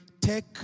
take